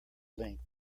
length